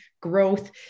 growth